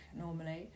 normally